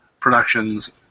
Productions